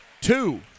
two